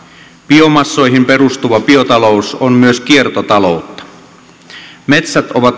biomassoihin perustuva biotalous on myös kiertotaloutta metsät ovat